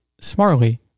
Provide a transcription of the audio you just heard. smartly